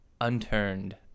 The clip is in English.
unturned